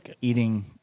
eating